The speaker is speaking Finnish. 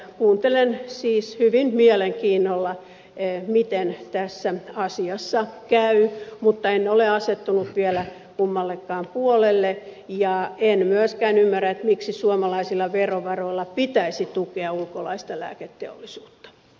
kuuntelen siis hyvin mielenkiinnolla miten tässä asiassa käy mutta en ole asettunut vielä kummallekaan puolelle enkä myöskään ymmärrä miksi suomalaisilla verovaroilla pitäisi tukea ulkolaista lääketeollisuutta